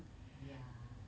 ya